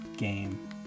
game